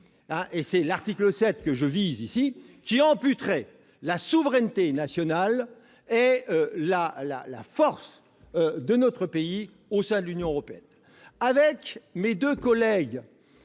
et c'est l'article 7 que je vise ici ! -la souveraineté nationale et la force de notre pays au sein de l'Union européenne. Avec mes deux collègues